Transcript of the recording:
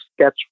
sketch